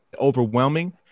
overwhelming